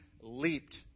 leaped